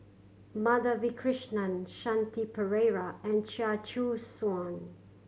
Madhavi Krishnan Shanti Pereira and Chia Choo Suan